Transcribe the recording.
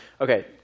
Okay